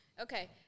Okay